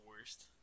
worst